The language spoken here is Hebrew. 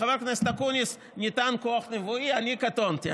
לחבר הכנסת אקוניס ניתן כוח נבואי, אני קטונתי.